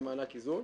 למענק איזון.